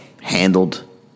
Handled